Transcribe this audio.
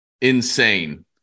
Insane